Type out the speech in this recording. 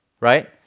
right